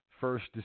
first